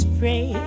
pray